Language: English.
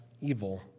evil